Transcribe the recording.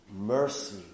mercy